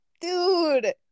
dude